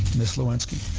miss lewinsky.